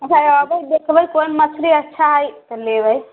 अच्छा एबै देखबै कोन मछरी अच्छा हय तऽ लेबै